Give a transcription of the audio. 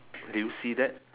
do you see that